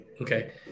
Okay